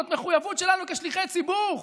זאת מחויבות שלנו כשליחי ציבור.